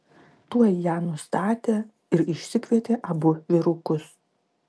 tuoj ją nustatė ir išsikvietė abu vyrukus